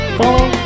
follow